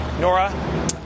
Nora